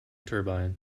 turbine